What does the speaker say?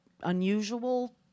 unusual